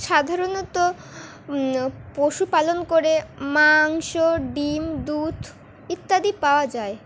সাধারণত পশুপালন করে মাংস ডিম দুধ ইত্যাদি পাওয়া যায়